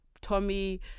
Tommy